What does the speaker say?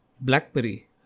BlackBerry